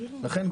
לכן,